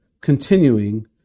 continuing